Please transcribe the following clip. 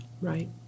right